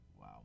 wow